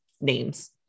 names